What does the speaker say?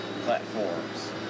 platforms